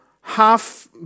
half